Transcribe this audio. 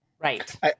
Right